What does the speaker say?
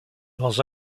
dans